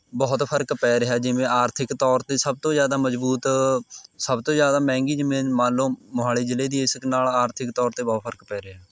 ਬਹੁਤ ਫਰਕ ਪੈ ਰਿਹਾ ਜਿਵੇਂ ਆਰਥਿਕ ਤੌਰ 'ਤੇ ਸਭ ਤੋਂ ਜ਼ਿਆਦਾ ਮਜ਼ਬੂਤ ਸਭ ਤੋਂ ਜਿਆਦਾ ਮਹਿੰਗੀ ਜ਼ਮੀਨ ਮੰਨ ਲਓ ਮੋਹਾਲੀ ਜ਼ਿਲ੍ਹੇ ਦੀ ਇਸ ਨਾਲ਼ ਆਰਥਿਕ ਤੌਰ 'ਤੇ ਬਹੁਤ ਫਰਕ ਪੈ ਰਿਹਾ